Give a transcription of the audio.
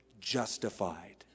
justified